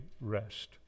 rest